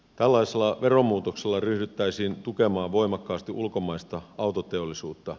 tällaisella veromuutoksella ryhdyttäisiin tukemaan voimakkaasti ulkomaista autoteollisuutta